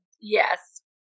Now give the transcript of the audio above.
yes